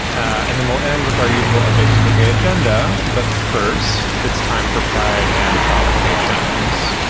and then we'll end with our usual updates. the gay agenda. but first, it's time for pride and provocations.